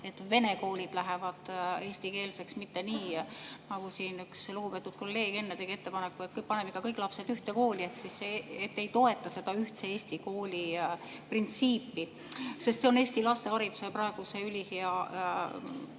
et vene koolid lähevad eestikeelseks, mitte nii, nagu siin üks lugupeetud kolleeg enne tegi ettepaneku, et paneme kõik lapsed ühte kooli, ehk et te ei toeta seda ühtse Eesti kooli printsiipi. Sest see oleks Eesti laste hariduse praeguse ülihea